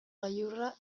gailurra